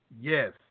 Yes